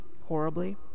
horribly